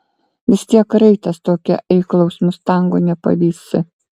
vis tiek raitas tokio eiklaus mustango nepavysi